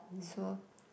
so